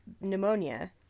pneumonia